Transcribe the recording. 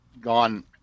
gone